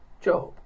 Job